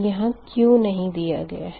यहाँ Q नहीं दिया गया है